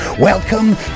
Welcome